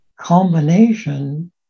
combination